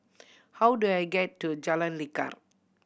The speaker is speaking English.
how do I get to Jalan Lekar